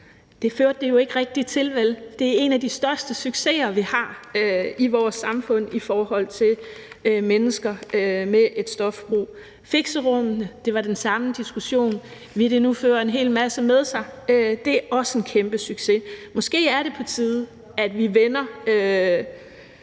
Det førte det jo ikke rigtig til, vel? Det er en af de største succeser, vi har, i vores samfund i forhold til mennesker med et stofbrug. Med fixerummene var det den samme diskussion. Ville det nu føre en hel masse med sig? Det er også en kæmpesucces. Måske er det på tide, at vi vender